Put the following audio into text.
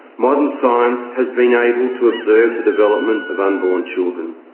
modern science has been able to observe the development of unborn children.